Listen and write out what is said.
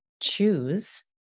choose